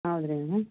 ಹೌದ್ರೇನ